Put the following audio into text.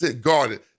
guarded